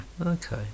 Okay